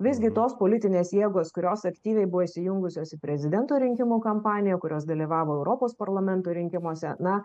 visgi tos politinės jėgos kurios aktyviai buvo įsijungusios į prezidento rinkimų kampaniją kurios dalyvavo europos parlamento rinkimuose na